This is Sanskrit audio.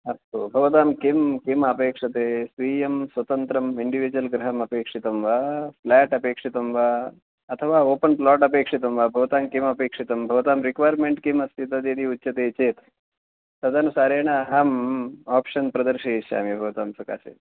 अस्तु भवातां किं किम् अपेक्षते स्वीयं स्वतन्त्रम् इन्डिविज़ल् गृहम् अपेक्षितं वा फ़्लाट् अपेक्षितं वा अथवा ओपन् प्लाट् अपेक्षितं वा भवतां किम् अपेक्षितं भवतां रिक्वैर्मेन्ट् किम् अस्ति तद् यदि उच्यते चेत् तदनुसारेण अहम् आप्षन् प्रदर्शयिष्यामि भवतां सकाशे